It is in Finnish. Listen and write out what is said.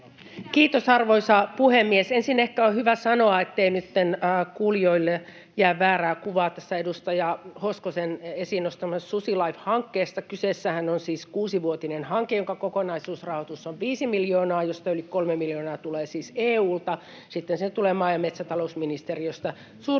Kiitos, arvoisa puhemies! Ensin ehkä on hyvä sanoa, ettei nytten kuulijoille jää väärää kuvaa tästä edustaja Hoskosen esiin nostamasta SusiLIFE-hankkeesta: Kyseessähän on siis kuusivuotinen hanke, jonka kokonaisrahoitus on viisi miljoonaa, josta yli kolme miljoonaa tulee siis EU:lta. Sitten sinne tulee maa- ja metsätalousministeriöstä suuri osa